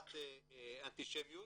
תחת אנטישמיות,